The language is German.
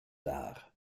dar